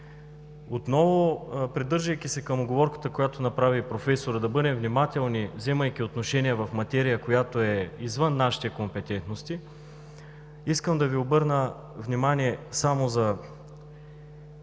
Отново придържайки се към уговорката, която направи професорът – да бъдем внимателни, вземайки отношение в материя, която е извън нашите компетентности, искам да Ви обърна внимание. За